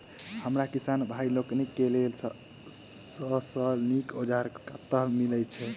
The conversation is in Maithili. हमरा किसान भाई लोकनि केँ लेल सबसँ नीक औजार कतह मिलै छै?